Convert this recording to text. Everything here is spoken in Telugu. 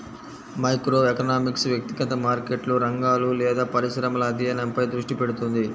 మైక్రోఎకనామిక్స్ వ్యక్తిగత మార్కెట్లు, రంగాలు లేదా పరిశ్రమల అధ్యయనంపై దృష్టి పెడుతుంది